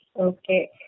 Okay